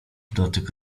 dotyk